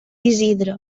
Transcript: isidre